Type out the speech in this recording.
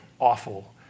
awful